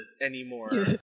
anymore